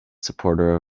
supporter